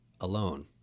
alone